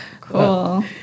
Cool